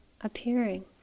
appearing